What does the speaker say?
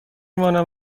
مانم